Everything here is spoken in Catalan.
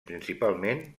principalment